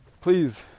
please